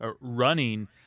running